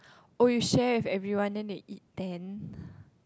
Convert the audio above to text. oh you share with everyone then they eat ten